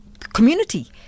community